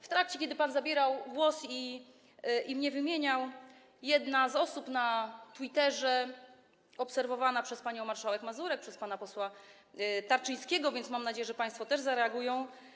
W trakcie, kiedy pan zabierał głos i wymieniał moje nazwisko, jedna z osób na Twitterze obserwowana przez panią marszałek Mazurek, przez pana posła Tarczyńskiego, więc mam nadzieję, że państwo też zareagują.